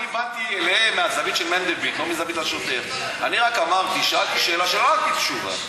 באתי אליהם מהזווית של מנדלבליט, לא מזווית השוטר.